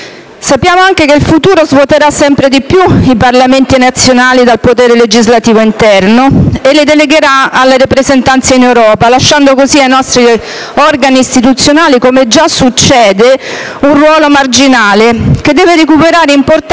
Sappiamo anche che il futuro svuoterà sempre di più i Parlamenti nazionali dal potere legislativo interno e lo delegherà alle rappresentanze in Europa, lasciando così ai nostri organi istituzionali - come già succede - un ruolo marginale che deve recuperare importanza